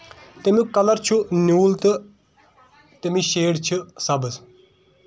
تَمیُک کَلر چھُ نیوٗل تہٕ تَمِچ شیڈ چھِ سَبٔز